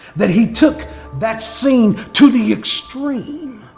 that he took that scene to the extreme.